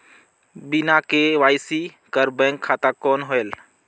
बिना के.वाई.सी कर बैंक खाता कौन होएल?